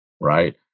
right